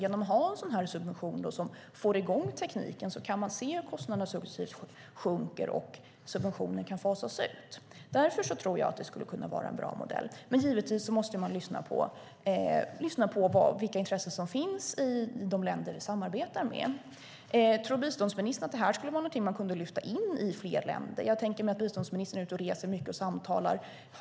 Genom att ha en subvention som får i gång tekniken kan man alltså se hur kostnaderna successivt sjunker, och subventionen kan därmed fasas ut. Därför tror jag att det skulle kunna vara en bra modell, även om man givetvis måste lyssna på vilka intressen som finns i de länder vi samarbetar med. Tror biståndsministern att det här skulle kunna vara någonting att lyfta in i fler länder? Jag tänker mig att biståndsministern är ute och reser och samtalar mycket.